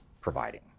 providing